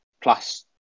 plus